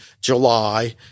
july